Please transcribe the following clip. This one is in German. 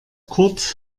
kurt